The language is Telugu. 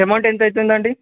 ఎమౌంట్ ఎంత అయితుందండి